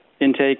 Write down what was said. intake